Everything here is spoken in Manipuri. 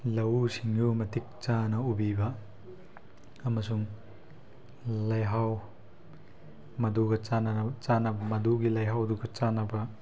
ꯂꯧꯎ ꯁꯤꯡꯎ ꯃꯇꯤꯛ ꯆꯥꯅ ꯎꯕꯤꯕ ꯑꯃꯁꯨꯡ ꯂꯩꯍꯥꯎ ꯃꯗꯨꯒ ꯃꯗꯨꯒꯤ ꯂꯩꯍꯥꯎꯗꯨꯒ ꯆꯥꯅꯕ